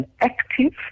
Active